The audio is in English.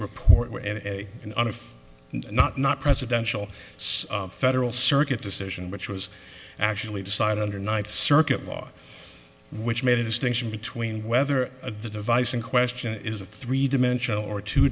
of not not presidential federal circuit decision which was actually decide under ninth circuit law which made a distinction between whether the device in question is a three dimensional or two